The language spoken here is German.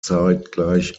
zeitgleich